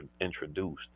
introduced